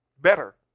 better